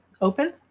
open